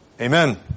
Amen